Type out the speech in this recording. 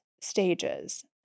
stages